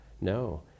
no